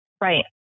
right